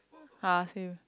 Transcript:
ah same